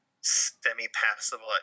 semi-passable